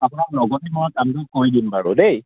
আপোনাক লগতে মই কামটো কৰি দিম বাৰু দেই